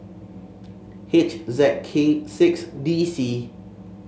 H Z K six D C